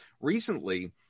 recently